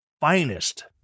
finest